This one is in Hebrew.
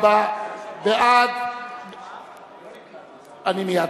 זנות וטיפול בקהילה (תיקוני חקיקה),